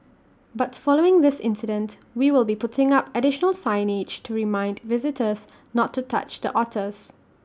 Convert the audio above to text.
but following this incident we will be putting up additional signage to remind visitors not to touch the otters